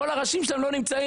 כול הראשים שלהם לא נמצאים.